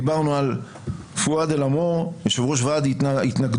דיברנו על פואד אל עמור, יושב-ראש ועד התנגדות,